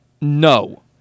No